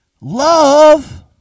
Love